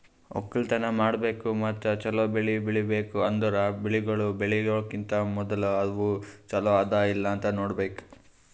ಒಕ್ಕಲತನ ಮಾಡ್ಬೇಕು ಮತ್ತ ಚಲೋ ಬೆಳಿಗೊಳ್ ಬೆಳಿಬೇಕ್ ಅಂದುರ್ ಬೆಳಿಗೊಳ್ ಬೆಳಿಯೋಕಿಂತಾ ಮೂದುಲ ಅದು ಚಲೋ ಅದಾ ಇಲ್ಲಾ ನೋಡ್ಬೇಕು